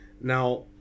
Now